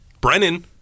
Brennan